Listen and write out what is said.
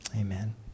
Amen